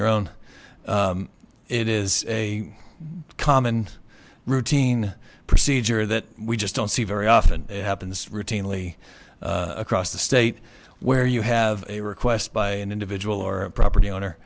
your own it is a common routine procedure that we just don't see very often it happens routinely across the state where you have a request by an individual or a property owner